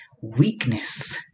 Weakness